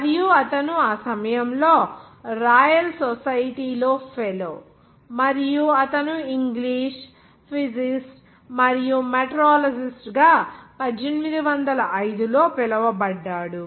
మరియు అతను ఆ సమయంలో రాయల్ సొసైటీ లో ఫెలో మరియు అతను ఇంగ్లీష్ ఫిజిసిస్ట్ మరియు మెట్రాలజిస్ట్ గా 1805 లో పిలువబడ్డాడు